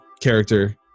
character